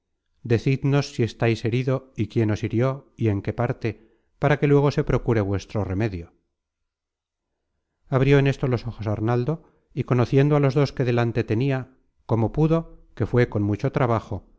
alcanzaren decidnos si estáis herido y quién os hirió y en qué parte para que luego se procure vuestro remedio abrió en esto los ojos arnaldo y conociendo a los dos que delante tenia como pudo que fué con mucho trabajo